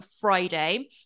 Friday